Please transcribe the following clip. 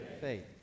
Faith